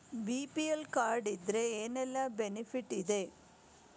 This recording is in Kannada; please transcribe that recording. ಬಿ.ಪಿ.ಎಲ್ ಕಾರ್ಡ್ ಇದ್ರೆ ಏನೆಲ್ಲ ಬೆನಿಫಿಟ್ ಇದೆ?